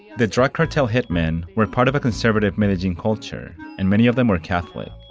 the drug cartel hitmen were part of a conservative medellin culture and many of them were catholic.